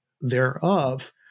thereof